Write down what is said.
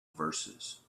verses